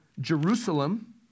Jerusalem